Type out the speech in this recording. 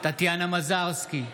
טטיאנה מזרסקי,